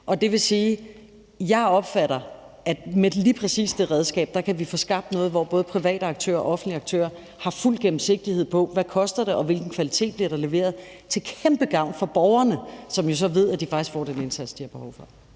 Og det vil sige, at jeg opfatter det sådan, at med lige præcis det redskab kan vi få skabt noget, hvor både private aktører og offentlige aktører har fuld gennemsigtighed, med hensyn til hvad det koster, og hvilken kvalitet der bliver leveret, til kæmpe gavn for borgerne, som jo så ved, at de faktisk får den indsats, de har behov for.